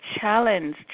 challenge